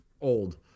old